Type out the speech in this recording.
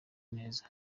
neza